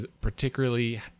particularly